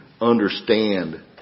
understand